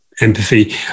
empathy